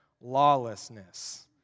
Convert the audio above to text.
lawlessness